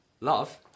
love